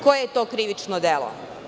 Koje je to krivično delo?